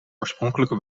oorspronkelijke